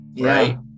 right